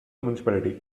municipality